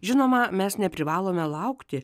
žinoma mes neprivalome laukti